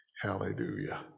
Hallelujah